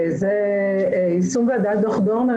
יישום ועדת דורנר,